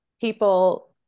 people